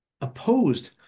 opposed